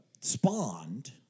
spawned